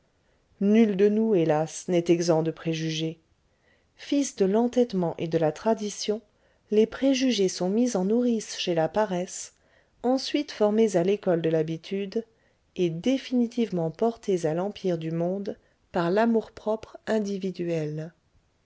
nul de nous hélas n'est exempt de préjugés fils de l'entêtement et de la tradition les préjugés sont mis en nourrice chez la paresse ensuite formés à l'école de l'habitude et définitivement portés à l'empire du monde par l'amour-propre individuel